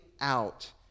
out